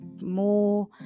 more